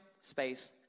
space